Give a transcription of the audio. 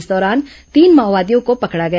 इस दौरान तीन माओवादियों को पकड़ा गया